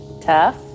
tough